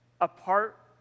apart